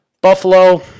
Buffalo